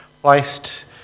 placed